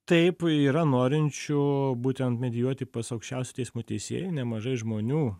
taip yra norinčių būtent medijuoti pas aukščiausio teismo teisėją nemažai žmonių